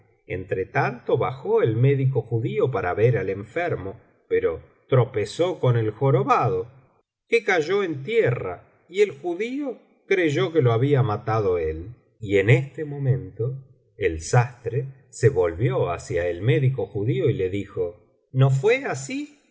escape entretanto bajó el médico judío para ver al enfermo pero tropezó con el jorobado que biblioteca valenciana las mil noches y uña noche cayó en tierra y el judío creyó que lo había matado él y en este momento el sastre se volvió hacia el médico judío y le dijo no fué así